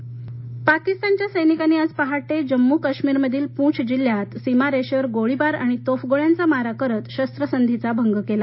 जम्म काश्मीर चकमक पाकिस्तानच्या सैनिकांनी आज पहाटे जम्मू काश्मीरमधील पूंछ जिल्हयात सीमारेषेवर गोळीबार आणि तोफगोळ्यांचा मारा करत शस्त्रसंधीचा भंग केला